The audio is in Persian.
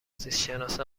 زیستشناس